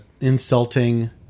insulting